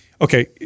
okay